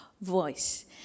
voice